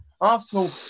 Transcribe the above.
Arsenal